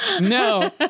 No